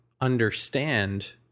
understand